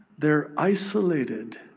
they're isolated.